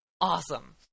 Awesome